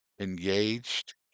engaged